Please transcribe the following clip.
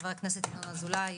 חבר הכנסת אזולאי,